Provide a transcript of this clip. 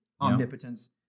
omnipotence